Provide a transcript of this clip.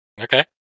Okay